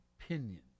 opinion